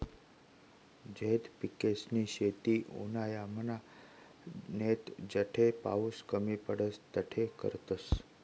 झैद पिकेसनी शेती उन्हायामान नैते जठे पाऊस कमी पडस तठे करतस